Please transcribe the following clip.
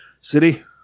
City